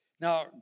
Now